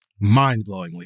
mind-blowingly